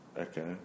Okay